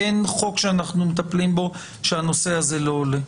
אין חוק שאנחנו מטפלים בו שהנושא הזה לא עולה.